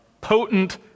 potent